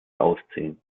ausziehen